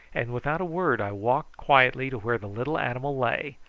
and without a word i walked quietly to where the little animal lay,